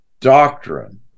doctrine